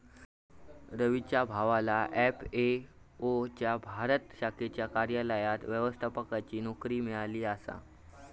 रवीच्या भावाला एफ.ए.ओ च्या भारत शाखेच्या कार्यालयात व्यवस्थापकाची नोकरी मिळाली आसा